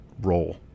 role